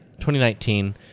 2019